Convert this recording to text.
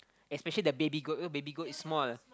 especially the baby goat you know baby goat is small